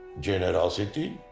generosity,